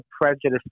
prejudice